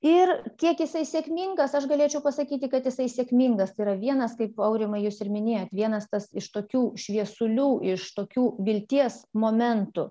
ir kiek jisai sėkmingas aš galėčiau pasakyti kad jisai sėkmingas tai yra vienas kaip aurimai jūs ir minėjot vienas tas iš tokių šviesulių iš tokių vilties momentų